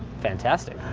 fantastic.